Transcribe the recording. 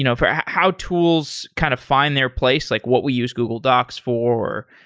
you know for how tools kind of find their place, like what we use google docs for,